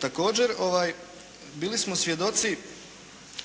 Također bili smo svjedoci